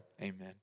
amen